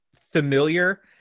familiar